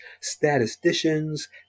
statisticians